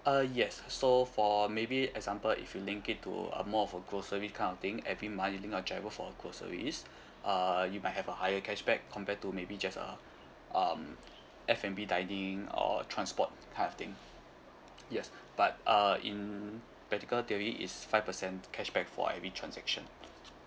uh yes so for maybe example if you link it to a more of a grocery kind of thing every month you link your GIRO for uh groceries uh you might have a higher cashback compared to maybe just uh um F&B dining or a transport kind of thing yes but uh in practical theory it's five percent cashback for every transaction